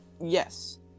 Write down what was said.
Yes